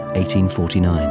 1849